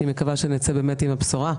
אני מקווה שנצא עם הבשורה.